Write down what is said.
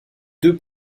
deux